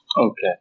Okay